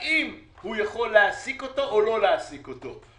אם הוא יכול להעסיק אותו או לא להעסיק אותו.